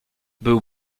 był